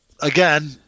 again